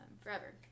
forever